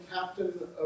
captain